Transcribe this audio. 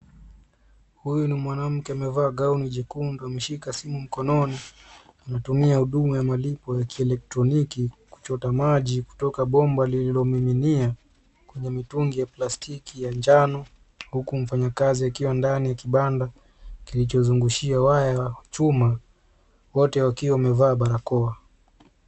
Huyu ni mwanamke amevaa gauni jekundu na ameshika simu mkononi, anatumia huduma ya malipo ya kielectroniki kuchota maji kutoka bomba lililomiminia kwenye mitungi ya plastiki ya njano uku mfanyakazi akiwa ndani ya kibanda kilicho zungushia waya wa chuma. Wote wakiwa wamevaa barakoa.